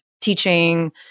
Teaching